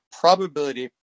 probability